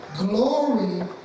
Glory